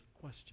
question